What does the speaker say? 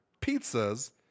pizzas